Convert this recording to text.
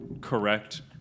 correct